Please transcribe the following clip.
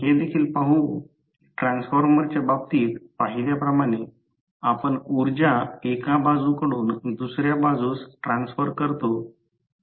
तर दोन्ही बाजू म्हणजे एकत्र ठोकल्याआणि जोडल्या आहे की ते शॉर्ट सर्किट तयार होत आहे